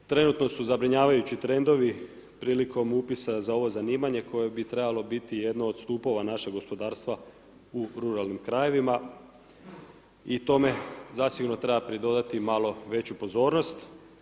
Trenutno su zabrinjavajući trendovi prilikom upisa za ovo zanimanje koje bi trebalo biti jedno od stupova našeg gospodarstva u ruralnim krajevima i tome zasigurno treba pridodati malo veću pozornost.